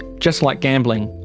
just like gambling.